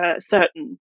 certain